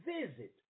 visit